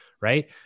Right